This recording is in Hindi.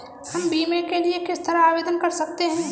हम बीमे के लिए किस तरह आवेदन कर सकते हैं?